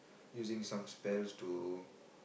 using some spells to